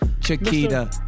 Chiquita